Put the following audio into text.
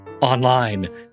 online